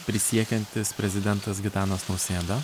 prisiekiantis prezidentas gitanas nausėda